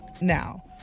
now